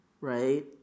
right